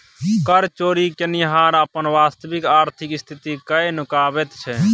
कर चोरि केनिहार अपन वास्तविक आर्थिक स्थिति कए नुकाबैत छै